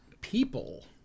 people